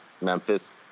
Memphis